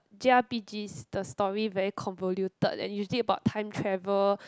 J_r_p_Gs the story very convoluted and usually about time travel